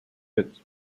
its